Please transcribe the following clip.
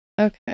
okay